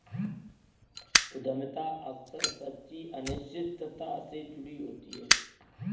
उद्यमिता अक्सर सच्ची अनिश्चितता से जुड़ी होती है